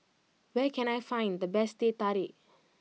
where can I find the best Teh Tarik